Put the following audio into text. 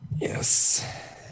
yes